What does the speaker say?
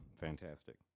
fantastic